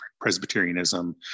Presbyterianism